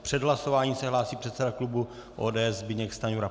Před hlasováním se hlásí předseda klubu ODS Zbyněk Stanjura.